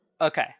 Okay